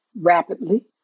rapidly